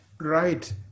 Right